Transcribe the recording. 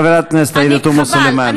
חברת הכנסת עאידה תומא סלימאן, כן.